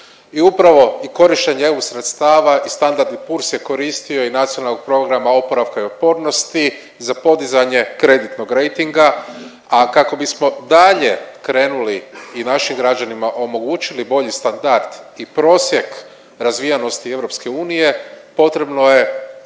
I upravo i korištenje EU sredstava i Standard&Poors je koristio i Nacionalnog programa oporavka i otpornosti za podizanje kreditnog rejtinga, a kako bismo dalje krenuli i našim građanima omogućili bolji standard i prosjek razvijenosti EU potrebno je